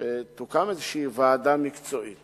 שתוקם איזו ועדה מקצועית